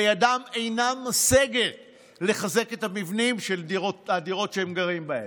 וידם אינה משגת לחזק את המבנים של הדירות שהם גרים בהן.